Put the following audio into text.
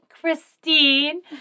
Christine